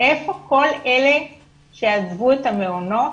איפה כל אלה שעזבו את המעונות,